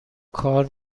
کار